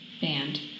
band